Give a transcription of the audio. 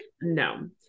No